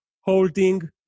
holding